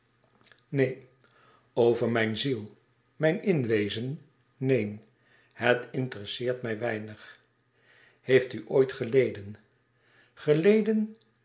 neen over mijn ziel mijn inwezen neen het interesseert mij weinig heeft u ooit geleden geleden